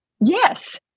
Yes